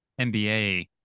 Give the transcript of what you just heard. NBA